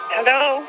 Hello